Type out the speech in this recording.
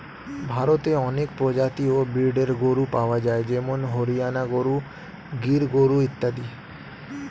ভারতে অনেক প্রজাতি ও ব্রীডের গরু পাওয়া যায় যেমন হরিয়ানা গরু, গির গরু ইত্যাদি